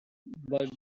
but